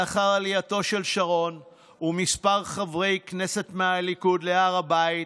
לאחר עלייתו של שרון וכמה חברי כנסת מהליכוד להר הבית,